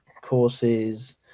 courses